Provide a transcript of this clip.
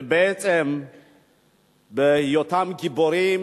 ובעצם בהיותם גיבורים,